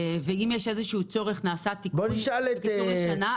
ואם יש איזשהו צורך לעשות תיקון לשנה,